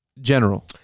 general